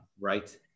Right